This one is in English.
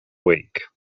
week